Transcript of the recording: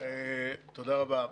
תודה רבה.